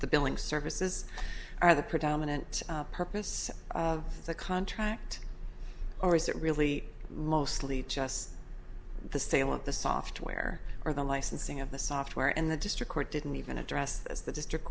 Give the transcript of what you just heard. the billing services are the predominant purpose of the contract or is it really mostly just the sale of the software or the licensing of the software and the district court didn't even address this the district